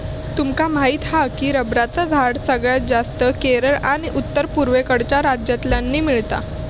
तुमका माहीत हा की रबरचा झाड सगळ्यात जास्तं केरळ आणि उत्तर पुर्वेकडच्या राज्यांतल्यानी मिळता